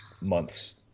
months